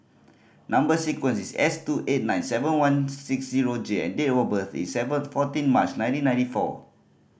number sequence is S two eight nine seven one six zero J and date of birth is seventh fourteen March nineteen ninety four